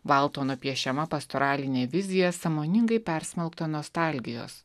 valtono piešiama pastoralinė vizija sąmoningai persmelkta nostalgijos